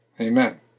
Amen